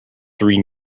three